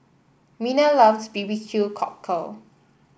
Mina loves B B Q Cockle